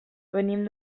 venim